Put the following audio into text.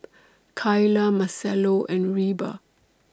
Kaila Marcelo and Reba